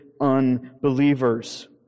unbelievers